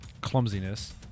clumsiness